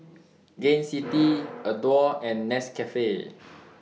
Gain City Adore and Nescafe